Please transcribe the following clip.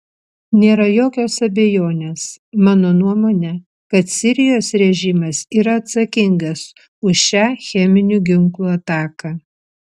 nėra jokios abejonės mano nuomone kad sirijos režimas yra atsakingas už šią cheminių ginklų ataką